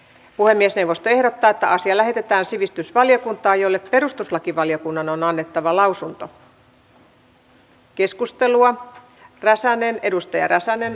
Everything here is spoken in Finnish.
puhemiesneuvosto ehdottaa että asia lähetetään sivistysvaliokuntaan jolle perustuslakivaliokunnan on annettava lausunto